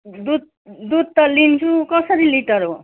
दुध दुध त लिन्छु कसरी लिटर हो